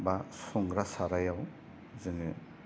बा संग्रा सारायाव जोंङो